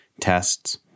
tests